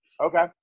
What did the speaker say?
Okay